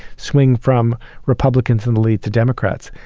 swing from republicans in the lead to democrats.